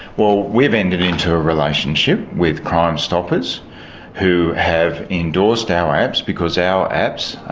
well, we've entered into a relationship with crime stoppers who have endorsed our apps because our apps,